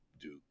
duke